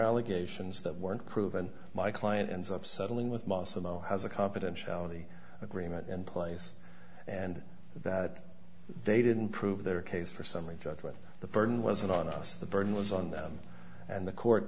allegations that weren't proven my client ends up settling with maslow has a confidentiality agreement in place and that they didn't prove their case for summary judgment the burden wasn't on us the burden was on them and the court